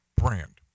brand